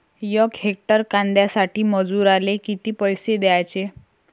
यक हेक्टर कांद्यासाठी मजूराले किती पैसे द्याचे?